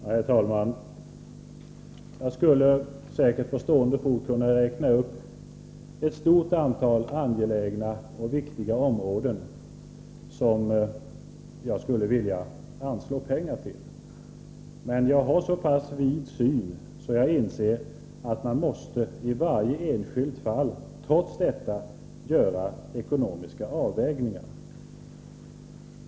Herr talman! Jag skulle säkerligen på stående fot kunna räkna upp ett stort antal angelägna och viktiga områden som jag skulle vilja anslå pengar till, men jag har så pass vid syn att jag inser att man i varje enskilt fall måste göra ekonomiska avvägningar.